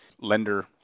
lender